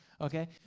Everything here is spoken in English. okay